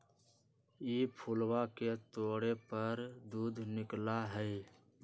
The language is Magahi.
ई फूलवा के तोड़े पर दूध निकला हई